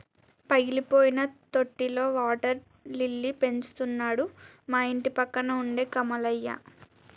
పగిలిపోయిన తొట్టిలో water lily పెంచుతున్నాడు మా ఇంటిపక్కన ఉండే కమలయ్య